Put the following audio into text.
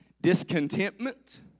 discontentment